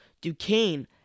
Duquesne